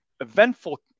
eventful